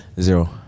Zero